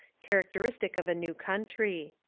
characteristic of a new country.